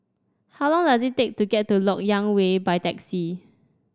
how long does it take to get to LoK Yang Way by taxi